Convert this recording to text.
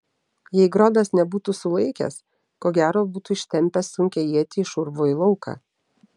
jei grodas nebūtų sulaikęs ko gero būtų ištempęs sunkią ietį iš urvo į lauką